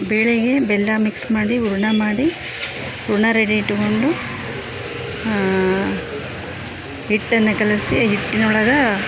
ಬೇಳೆಗೆ ಬೆಲ್ಲ ಮಿಕ್ಸ್ ಮಾಡಿ ಹೂರ್ಣ ಮಾಡಿ ಹೂರ್ಣ ರೆಡಿ ಇಟ್ಕೊಂಡು ಹಿಟ್ಟನ್ನ ಕಲಸಿ ಹಿಟ್ಟಿನ ಒಳಗೆ